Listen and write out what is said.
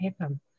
happen